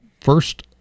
first